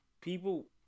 people